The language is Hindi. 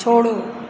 छोड़ो